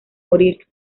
morir